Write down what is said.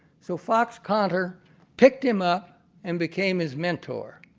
so, fox connor picked him up and became his mentor.